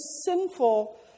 sinful